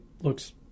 looks